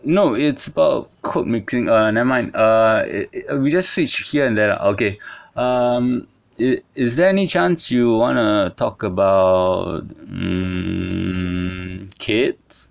no it's about code mixing ah nevermind uh uh we just switch here and there lah okay um is~ is there any chance you wanna talk about mm kids